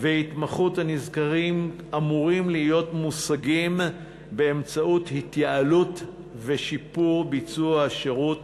וההתמחות הנזכרים אמורים להיות מושגים באמצעות התייעלות ושיפור השירות